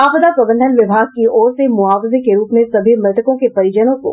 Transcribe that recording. आपदा प्रबंधन विभाग की और से मुआवजे के रूप में सभी मृतकों के परिजनों को